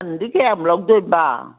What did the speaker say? ꯑꯗꯨꯗꯒꯤ ꯀꯌꯥꯝ ꯂꯧꯗꯣꯏꯕ